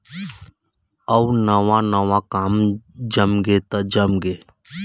अउ नवा नवा काम जमगे त जमगे